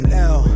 now